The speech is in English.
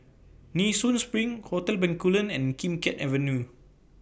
Nee Soon SPRING Hotel Bencoolen and Kim Keat Avenue